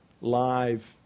live